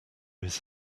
his